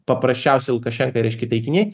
paprasčiausi lukašenkai reiškia taikiniai